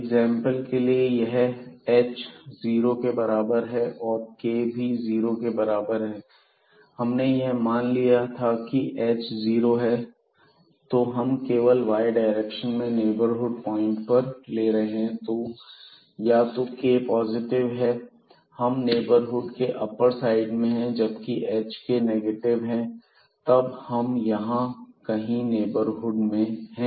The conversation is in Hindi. एग्जांपल के लिए यह h जीरो के बराबर है और k भी जीरो के बराबर है यह हमने पहले ही मान लिया था की h 0 है तो हम केवल y डायरेक्शन में नेबरहुड पॉइंट ले रहे हैं या तो k पॉजिटिव है हम नेबरहुड के अप्पर साइड में हैं जबकि h k नेगेटिव है तब हम यहां कहीं नेबरहुड में हैं